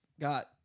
got